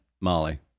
Molly